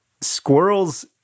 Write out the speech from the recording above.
squirrels